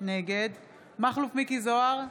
נגד מכלוף מיקי זוהר,